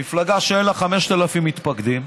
מפלגה שאין לה 5,000 מתפקדים,